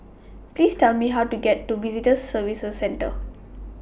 Please Tell Me How to get to Visitor Services Centre